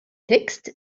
text